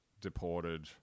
deported